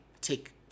take